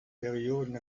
perioden